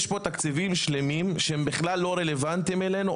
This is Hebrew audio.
יש פה תקציבים שלמים שהם בכלל לא רלוונטיים אלינו,